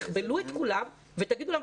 תכבלו את כולם ותגידו להם,